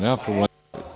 Nema problema.